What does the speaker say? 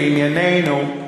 לענייננו,